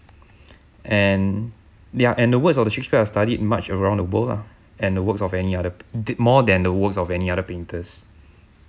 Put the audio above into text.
and ya and the works of shakespeare of studied much around the world lah than the works of any other did more than the works of any other painters